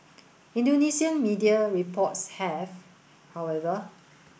Indonesian media reports have however